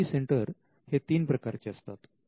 I P centre हे तीन प्रकारचे असतात